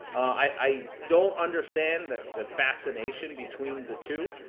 i don't understand the the fascination between the two.